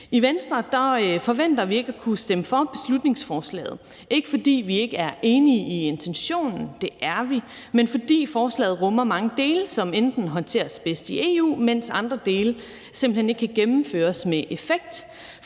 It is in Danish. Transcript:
I Venstre forventer vi ikke at kunne stemme for beslutningsforslaget. Det er ikke, fordi vi ikke er enige i intentionen, for det er vi, men fordi forslaget rummer mange dele, som håndteres bedst i EU, mens andre dele simpelt hen ikke kan gennemføres med effekt,